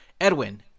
Edwin